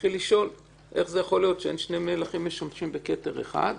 התחיל לשאול איך זה יכול להיות שאין שני מלכים משמשים בכתר אחד.